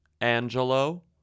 Angelo